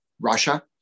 Russia